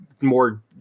more